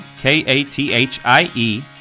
K-A-T-H-I-E